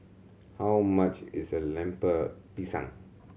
how much is Lemper Pisang